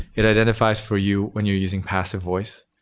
it identifies for you when you're using passive voice.